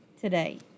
today